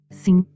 sim